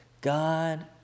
God